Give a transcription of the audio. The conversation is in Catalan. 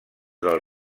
del